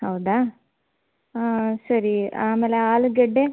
ಹೌದಾ ಹಾಂ ಸರಿ ಆಮೇಲೆ ಆಲೂಗಡ್ಡೆ